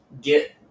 get